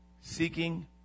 seeking